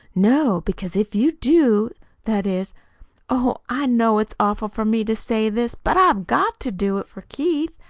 no. because if you do that is oh, i know it's awful for me to say this, but i've got to do it for keith.